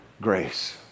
grace